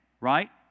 right